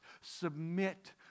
submit